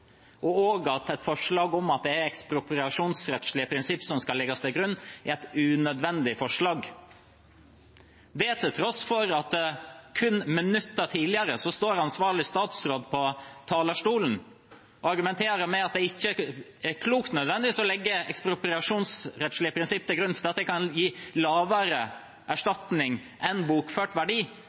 tap, og at et forslag om at det er ekspropriasjonsrettslige prinsipper som skal legges til grunn, er et unødvendig forslag. Dette ble sagt til tross for at ansvarlig statsråd sto på talerstolen kun minutter tidligere og argumenterte med at det ikke nødvendigvis er klokt å legge ekspropriasjonsrettslige prinsipper til grunn, for det kan gi lavere erstatning enn bokført verdi,